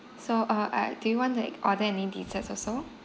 so uh ah do you want like order any dessert also